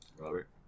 Robert